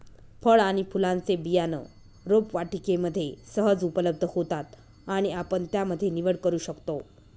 फळ आणि फुलांचे बियाणं रोपवाटिकेमध्ये सहज उपलब्ध होतात आणि आपण त्यामध्ये निवड करू शकतो